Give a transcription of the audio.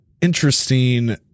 Interesting